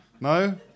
No